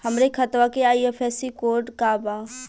हमरे खतवा के आई.एफ.एस.सी कोड का बा?